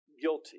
guilty